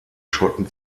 schotten